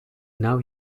now